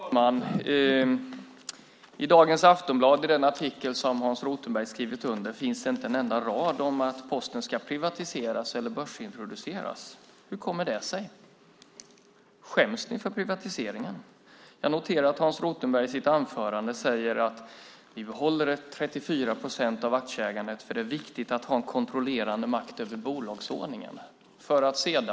Fru talman! I dagens Aftonbladet, i den artikel som Hans Rothenberg skrivit under, finns inte en enda rad om att Posten ska privatiseras eller börsintroduceras. Hur kommer det sig? Skäms ni för privatiseringen? Jag noterar att Hans Rothenberg i sitt anförande säger att vi behåller 34 procent av aktieägandet, för det är viktigt att ha en kontrollerande makt över bolagsordningen.